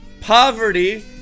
poverty